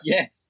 Yes